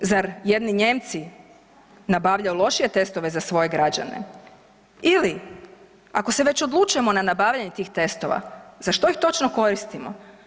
Zar jedni Nijemci nabavljaju lošije testove za svoje građane ili ako se već odlučujemo na nabavljanje tih testova za što ih točno koristimo?